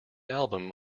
album